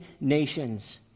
nations